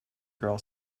girl